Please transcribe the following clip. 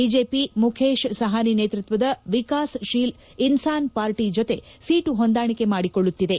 BJP Mukesh Sahani ನೇತೃತ್ವದ Vikassheel Insaan party ಜೊತೆ seat ಹೊಂದಾಣಿಕೆ ಮಾಡಿಕೊಳ್ಳುತ್ತಿದೆ